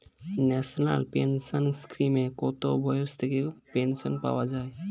National pension স্কিমে কত বয়স থেকে পেনশন পাওয়া যায়?